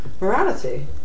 morality